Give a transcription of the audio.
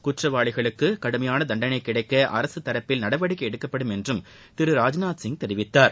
குற்றவாளிகளுக்கு கடுமையான தண்டனை கிடைக்க அரசு தரப்பில் நடவடிக்கை எடுக்கப்படும் என்றும் திரு ராஜ்நாத் சிங் தெரிவித்தார்